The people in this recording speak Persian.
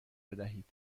بدهید